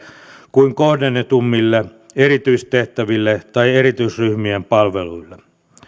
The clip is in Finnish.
kuin kohdennetummille erityistehtäville tai erityisryhmien palveluille